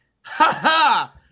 ha-ha